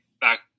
back